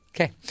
Okay